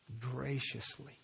graciously